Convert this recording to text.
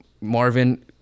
Marvin